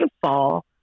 fall